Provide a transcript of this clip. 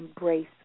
embrace